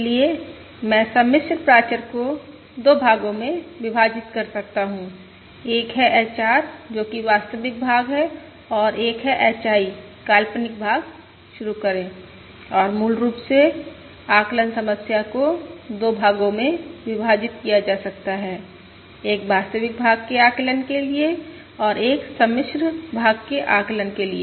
इसलिए मैं सम्मिश्र प्राचर को 2 भागों में विभाजित कर सकता हूं एक है HR जो कि वास्तविक भाग है और एक है HI काल्पनिक भाग शुरू करें और मूल रूप से आकलन समस्या को 2 भागों में विभाजित किया जा सकता है एक वास्तविक भाग के आकलन के लिए और एक सम्मिश्र भाग के आकलन के लिए